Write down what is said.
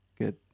Good